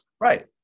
Right